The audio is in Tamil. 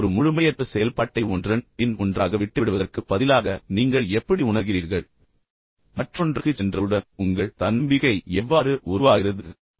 ஒரு முழுமையற்ற செயல்பாட்டை ஒன்றன் பின் ஒன்றாக விட்டுவிடுவதற்குப் பதிலாக நீங்கள் எப்படி உணர்கிறீர்கள் என்பதைப் பாருங்கள் ஒன்றை முடித்து மற்றொன்றுக்குச் சென்றவுடன் உங்கள் தன்னம்பிக்கை எவ்வாறு உருவாகிறது என்பதைப் பாருங்கள்